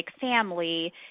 family